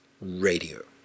Radio